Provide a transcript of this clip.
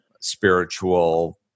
spiritual